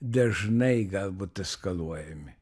dažnai galbūt eskaluojami